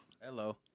Hello